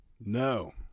No